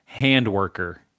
Handworker